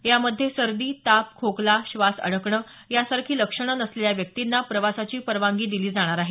यामध्ये सर्दी ताप खोकला श्वास अडकणं यासारखी लक्षणं नसलेल्या व्यक्तींना प्रवासाची परवानगी दिली जाणार आहे